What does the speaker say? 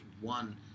one